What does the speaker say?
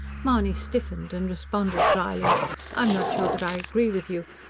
mahony stiffened and responded dryly i'm not sure that i agree with you.